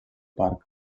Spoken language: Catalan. parc